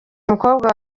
umukobwa